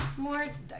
more